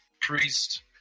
priest